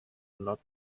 not